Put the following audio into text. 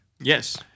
Yes